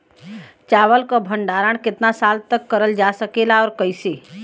चावल क भण्डारण कितना साल तक करल जा सकेला और कइसे?